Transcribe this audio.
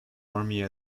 army